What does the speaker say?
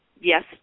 yes